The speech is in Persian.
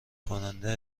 کننده